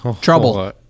trouble